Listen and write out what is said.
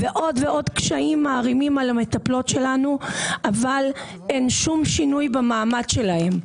עוד ועוד קשיים מערימים על המטפלות שלנו אבל אין שום שינוי במעמד שלהן.